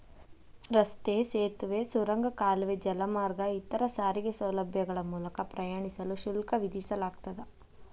ರಸ್ತೆ ಸೇತುವೆ ಸುರಂಗ ಕಾಲುವೆ ಜಲಮಾರ್ಗ ಇತರ ಸಾರಿಗೆ ಸೌಲಭ್ಯಗಳ ಮೂಲಕ ಪ್ರಯಾಣಿಸಲು ಶುಲ್ಕ ವಿಧಿಸಲಾಗ್ತದ